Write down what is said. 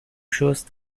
شست